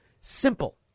simple